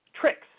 tricks